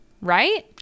right